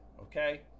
okay